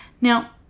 Now